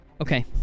Okay